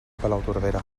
palautordera